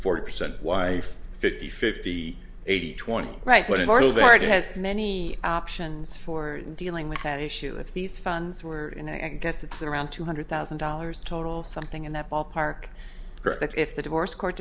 forty percent wife fifty fifty eighty twenty right but in our very best many options for dealing with that issue if these funds were and i guess it's around two hundred thousand dollars total something in that ballpark that if the divorce court